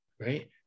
right